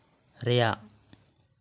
ᱨᱮᱭᱟᱜ